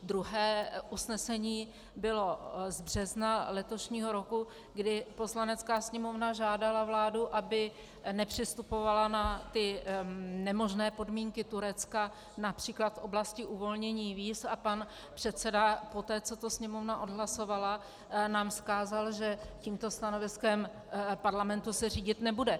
Druhé usnesení bylo z března letošního roku, kdy Poslanecká sněmovna žádala vládu, aby nepřistupovala na ty nemožné podmínky Turecka, například v oblasti uvolnění víz, a pan předseda poté, co to Sněmovna odhlasovala, nám vzkázal, že tímto stanoviskem parlamentu se řídit nebude.